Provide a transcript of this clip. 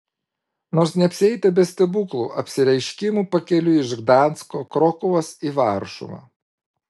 nors neapsieita be stebuklų apsireiškimų pakeliui iš gdansko krokuvos į varšuvą